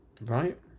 right